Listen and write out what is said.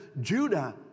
Judah